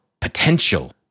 potential